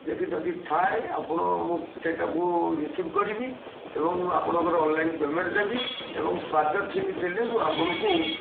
ଯେକି ଯଦି ଥାଏ ଆପଣ ମୁଁ ସେଇଟାକୁ ରିସିଭ୍ କରିବି ଏବଂ ଆପଣଙ୍କର ଅନଲାଇନ୍ ପେମେଣ୍ଟ ଦେବି ଏବଂ ସ୍ୱାଦ ଠିକ ଥିଲେ ମୁଁ ଆପଣଙ୍କୁ